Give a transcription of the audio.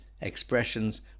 expressions